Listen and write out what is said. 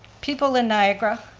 people in niagara,